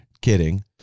Kidding